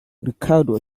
ricardo